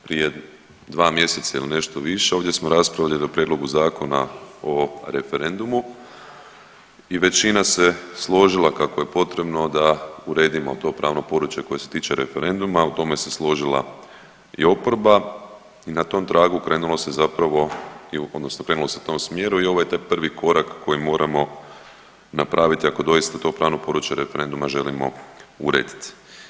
Prije 2 mjeseca ili nešto više ovdje smo raspravljali o prijedlogu Zakona o referendumu i većina se složila kako je potrebno da uredimo to pravno područje koje se tiče referenduma, a u tome složila i oporba i na tom tragu krenulo se zapravo odnosno krenulo se u tom smjeru i ovo je taj prvi korak koji moramo napraviti ako doista to pravno područje referenduma želimo urediti.